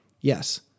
Yes